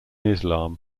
islam